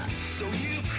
so you